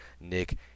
Nick